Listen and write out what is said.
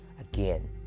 again